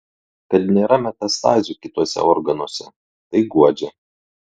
kad nėra metastazių kituose organuose tai guodžia